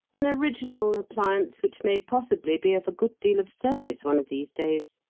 an original appliance which may possibly be of a good deal of service one of these days.